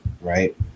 right